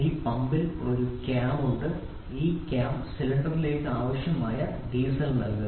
ഈ പമ്പിൽ ഒരു ക്യാം ഉണ്ട് ഈ കാം സിലിണ്ടറിലേക്ക് ആവശ്യമായ ഡീസൽ നൽകുന്നു